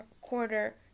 quarter